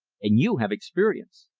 and you have experience.